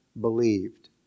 believed